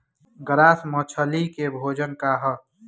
Grass मछली के भोजन का ह?